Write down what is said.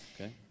Okay